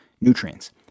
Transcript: nutrients